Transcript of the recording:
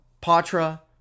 Patra